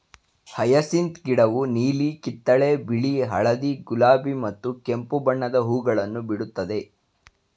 hyacinth ಗಿಡವು ನೀಲಿ, ಕಿತ್ತಳೆ, ಬಿಳಿ, ಹಳದಿ, ಗುಲಾಬಿ ಮತ್ತು ಕೆಂಪು ಬಣ್ಣದ ಹೂಗಳನ್ನು ಬಿಡುತ್ತದೆ